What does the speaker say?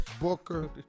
Booker